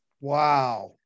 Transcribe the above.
Wow